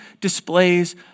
displays